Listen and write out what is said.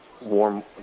warm